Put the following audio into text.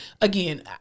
again